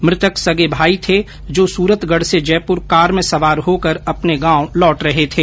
मृतक सगे भाई थे जो सूरतगढ़ से जयपुर कार में सवार होकर अपने गांव लौट रहे थे